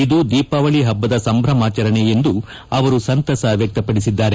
ಇದು ದೀಪಾವಳಿ ಹಬ್ಬದ ಸಂಭ್ರಮಾಚರಣೆ ಎಂದು ಅವರು ಸಂತಸ ವ್ಯಕ್ತಪಡಿಸಿದ್ದಾರೆ